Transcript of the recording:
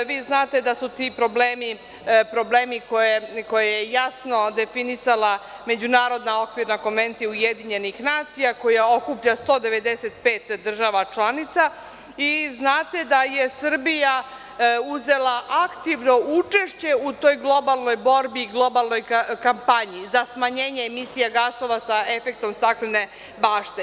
Znate da su ti problemi problemi koje je jasno definisala Međunarodna Okvirna konvencija UN, koja okuplja 195 država članica, i znate da je Srbija uzela aktivno učešće u toj globalnoj borbi, globalnoj kampanji za smanjenje emisija gasova sa efektom staklene bašte.